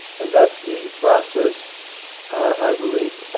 and that's the process i believe,